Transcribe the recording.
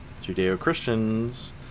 Judeo-Christians